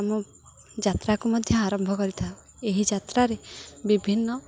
ଆମ ଯାତ୍ରାକୁ ମଧ୍ୟ ଆରମ୍ଭ କରିଥାଉ ଏହି ଯାତ୍ରାରେ ବିଭିନ୍ନ